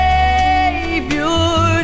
Savior